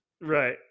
Right